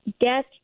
get